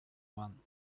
one